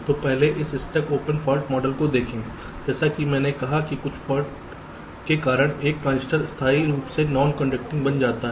तो पहले इस स्टक ओपन फाल्ट मॉडल को देखें जैसा कि मैंने कहा कि कुछ फॉल्ट के कारण एक ट्रांजिस्टर स्थायी रूप से नॉनकंडक्टिंग बन जाता है